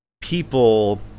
people